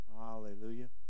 Hallelujah